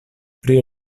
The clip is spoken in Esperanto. pri